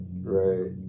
right